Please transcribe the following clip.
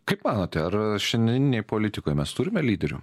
kaip manote ar šiandieninėj politikoj mes turime lyderių